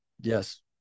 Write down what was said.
Yes